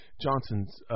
Johnson's